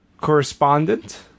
correspondent